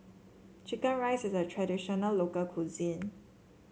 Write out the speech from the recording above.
chicken rice is a traditional local cuisine